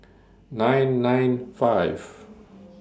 nine nine five